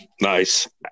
nice